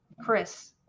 Chris